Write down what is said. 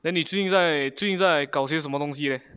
then 你最近在最近在搞些什么东西 leh